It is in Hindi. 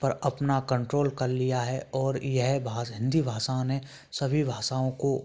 पर अपना कंट्रोल कर लिया है और यह भाष हिंदी भाषा ने सभी भाषाओं को